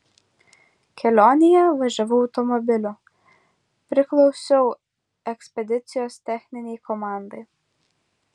kelionėje važiavau automobiliu priklausiau ekspedicijos techninei komandai